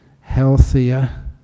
healthier